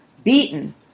beaten